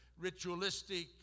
ritualistic